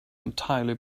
entirely